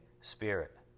spirit